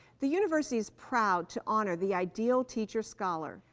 the university is proud to honor the ideal teacher-scholar.